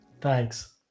thanks